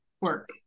work